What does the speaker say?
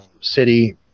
city